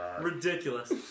Ridiculous